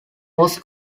was